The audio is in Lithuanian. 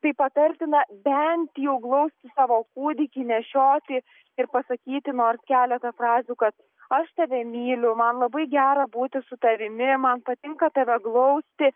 tai patartina bent jau glausti savo kūdikį nešioti ir pasakyti nors keletą frazių kad aš tave myliu man labai gera būti su tavimi man patinka tave glausti